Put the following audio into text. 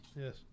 Yes